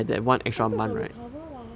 chem prac got recover [what]